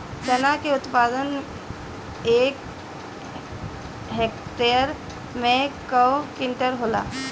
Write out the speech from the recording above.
चना क उत्पादन एक हेक्टेयर में कव क्विंटल होला?